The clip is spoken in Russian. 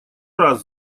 раз